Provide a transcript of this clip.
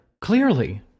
Clearly